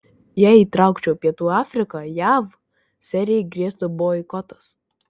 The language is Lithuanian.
jei įtraukčiau pietų afriką jav serijai grėstų boikotas